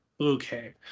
Okay